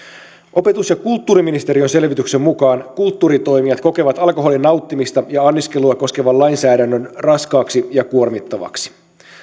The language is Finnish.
opetus ja kulttuuriministeriön selvityksen mukaan kulttuuritoimijat kokevat alkoholin nauttimista ja anniskelua koskevan lainsäädännön raskaaksi ja kuormittavaksi